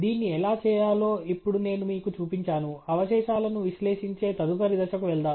దీన్ని ఎలా చేయాలో ఇప్పుడు నేను మీకు చూపించాను అవశేషాలను విశ్లేషించే తదుపరి దశకు వెళ్దాం